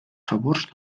favors